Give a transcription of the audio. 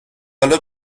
حالا